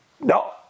no